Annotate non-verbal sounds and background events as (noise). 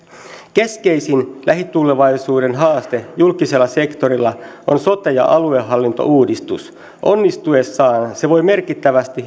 keskeisin lähitulevaisuuden haaste julkisella sektorilla on sote ja aluehallintouudistus onnistuessaan se voi merkittävästi (unintelligible)